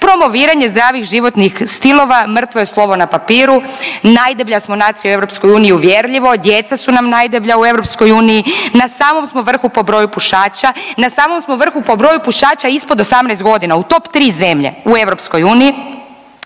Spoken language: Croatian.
Promoviranje zdravih životnih stilova mrtvo je slovo na papiru, najdeblja smo nacija u EU uvjerljivo, djeca su nam najdeblja u EU, na samom smo vrhu po broju pušača, na samom smo vrhu po broju pušača ispod 18 godina, u top 3 zemlje u EU,